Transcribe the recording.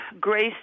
grace